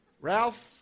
Ralph